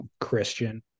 Christian